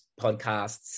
podcasts